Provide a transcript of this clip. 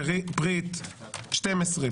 פריט 12,